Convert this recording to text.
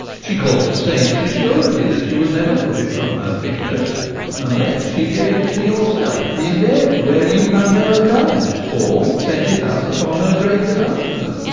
she call'd the saints to surety that she would never put it from her finger unless she gave it to yourself in bed where you have never come or sent it us upon her great disaster.